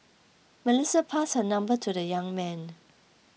Melissa passed her number to the young man